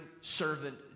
servant